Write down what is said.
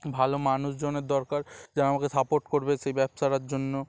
ভালো মানুষজনের দরকার যারা আমাকে সাপোর্ট করবে সেই ব্যবসাটার জন্য